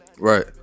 Right